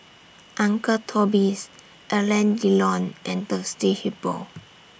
Uncle Toby's Alain Delon and Thirsty Hippo